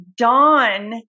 Dawn